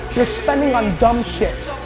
you're spending on dumb shit.